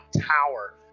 tower